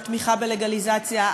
ותמיכה בלגליזציה,